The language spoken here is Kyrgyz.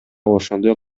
ошондой